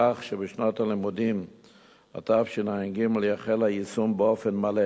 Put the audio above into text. כך שבשנת הלימודים התשע"ג יחל היישום באופן מלא